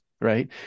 right